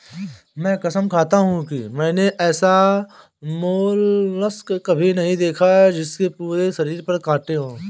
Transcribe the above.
मैं कसम खाता हूँ कि मैंने ऐसा मोलस्क कभी नहीं देखा जिसके पूरे शरीर पर काँटे हों